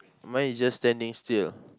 mine is just standing still